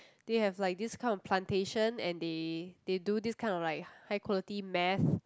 they have like this kind of plantation and they they do this kind of like high quality meth